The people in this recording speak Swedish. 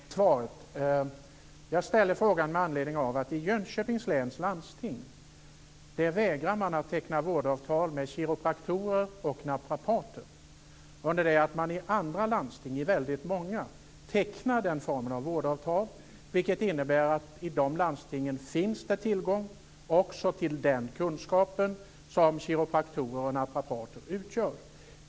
Fru talman! Jag tackar statsrådet för det svaret. Jag ställde frågan med anledning av att man i Jönköpings län landsting vägrar att teckna vårdavtal med kiropraktorer och naprapater. I väldigt många andra landsting tecknar man den formen av vårdavtal, vilket innebär att det i dessa landsting finns tillgång också till den kunskap som kiropraktorer och naprapater besitter.